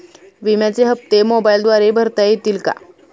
विम्याचे हप्ते मोबाइलद्वारे भरता येतील का?